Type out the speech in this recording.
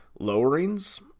lowerings